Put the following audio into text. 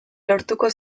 lortuko